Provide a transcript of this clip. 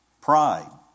Pride